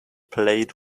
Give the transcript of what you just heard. plate